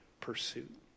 pursuit